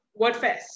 Wordfest